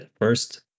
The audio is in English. first